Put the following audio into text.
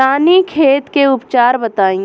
रानीखेत के उपचार बताई?